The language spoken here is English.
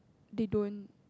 they don't